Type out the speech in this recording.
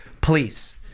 please